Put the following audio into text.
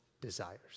desires